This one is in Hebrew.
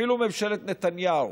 אפילו ממשלת נתניהו